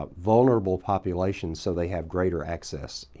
but vulnerable populations so they have greater access,